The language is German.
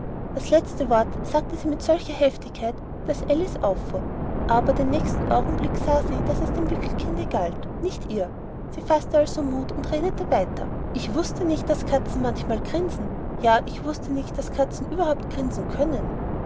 das letzte wort sagte sie mit solcher heftigkeit daß alice auffuhr aber den nächsten augenblick sah sie daß es dem wickelkinde galt nicht ihr sie faßte also muth und redete weiter ich wußte nicht daß katzen manchmal grinsen ja ich wußte nicht daß katzen überhaupt grinsen können